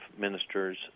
ministers